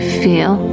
feel